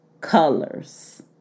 colors